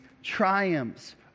triumphs